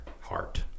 heart